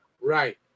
Right